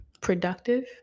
productive